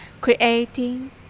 creating